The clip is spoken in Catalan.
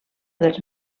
dels